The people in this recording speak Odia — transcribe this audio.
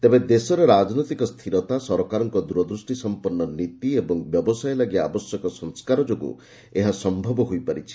ତେବେ ଦେଶରେ ରାଜନୈତିକ ସ୍ଥିରତା ସରକାରଙ୍କର ଦୂରଦୃଷ୍ଟି ସମ୍ପନ୍ନ ନୀତି ଏବଂ ବ୍ୟବସାୟ ଲାଗି ଆବଶ୍ୟକ ସଂସ୍କାର ଯୋଗୁଁ ଏହା ସମ୍ଭବ ହୋଇପାରିଛି